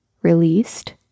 released